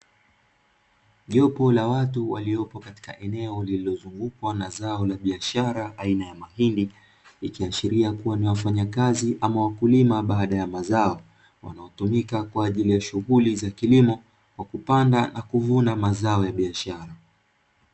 Jopo la watu waliopo katika eneo lililozungukwa na zao la biashara aina ya mahindi, ikiashiria kuwa ni wafanya kazi ama wakulima baada ya mazao wanao tumika kwaajili ya shughuli za kilimo kwa kupanda na kuvuna mazao ya biashara.